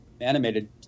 animated